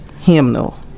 hymnal